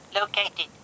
located